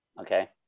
Okay